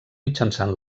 mitjançant